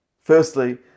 Firstly